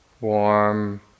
warm